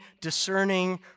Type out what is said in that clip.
discerning